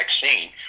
vaccine